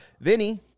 Vinny